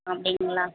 அப்படிங்களா